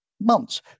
months